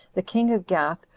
the king of gath,